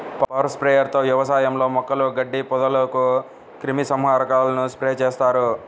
power sprayer తో వ్యవసాయంలో మొక్కలు, గడ్డి, పొదలకు క్రిమి సంహారకాలను స్ప్రే చేస్తారు